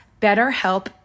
BetterHelp